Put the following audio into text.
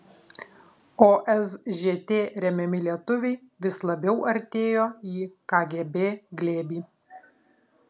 o sžt remiami lietuviai vis labiau artėjo į kgb glėbį